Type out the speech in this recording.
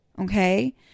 Okay